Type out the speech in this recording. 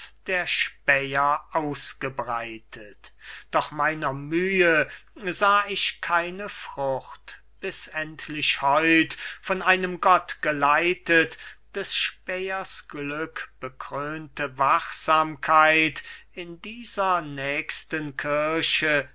der späher ausgebreitet doch meiner mühe sah ich keine frucht bis endlich heut von einem gott geleitet des spähers glückbekrönte wachsamkeit in dieser nächsten kirche